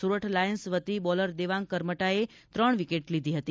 Sorath Lions વતી bowler Devang Karamta એ ત્રણ વિકેટ લીધી હતી